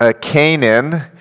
Canaan